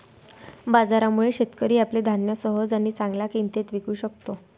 बाजारामुळे, शेतकरी आपले धान्य सहज आणि चांगल्या किंमतीत विकू शकतो